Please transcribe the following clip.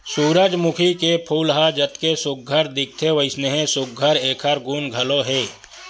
सूरजमूखी के फूल ह जतके सुग्घर दिखथे वइसने सुघ्घर एखर गुन घलो हे